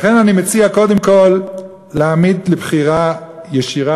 לכן אני מציע קודם כול להעמיד לבחירה ישירה